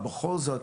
בכל זאת,